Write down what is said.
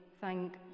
thank